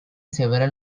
several